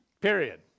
Period